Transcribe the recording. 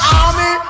army